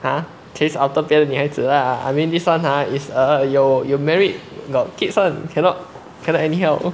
!huh! chase after 别的女孩子 lah I mean this one ha is err you you married got kids one cannot cannot anyhow